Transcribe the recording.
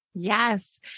Yes